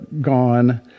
gone